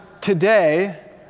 today